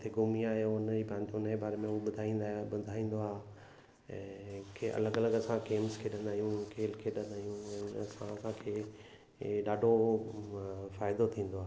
किथे घुमी आहियो हुन ई पाण उन जे बारे में ॿुधाए ॿुधाईंदो आहे ऐं खे अलॻि अलॻि असां गेम्स खेॾंदा आहियूं खेल खेॾंदा आहियूं ऐं असांखे इहो ॾाढो फ़ाइदो थींदो आहे